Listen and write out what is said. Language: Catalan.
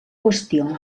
qüestió